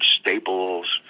staples